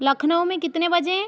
लखनऊ मे कितने बजे हैं